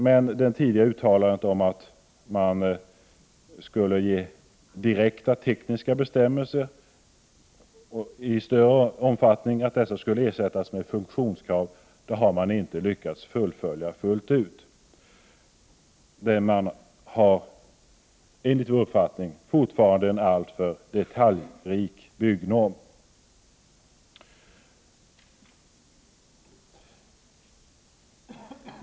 Men det tidigare uttalandet att direkta tekniska bestämmelser skulle ersättas med funktionskrav har man inte fullt ut lyckats fullfölja. Vi har fortfarande enligt vår uppfattning en alltför detaljrik byggnorm.